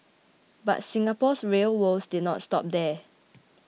but Singapore's rail woes did not stop there